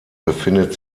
befindet